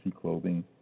Clothing